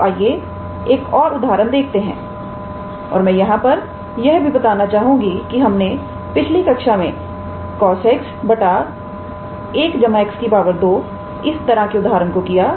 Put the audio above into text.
तो आइए एक और उदाहरण देखते हैं और मैं यहां पर यह भी बताना चाहूंगी कि हमने पिछली कक्षा में 𝑐𝑜𝑠𝑥 1𝑥 2 इस तरह के उदाहरण को किया था